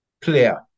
player